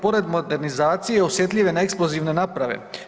Pored modernizacije, osjetljiv je na eksplozivne naprave.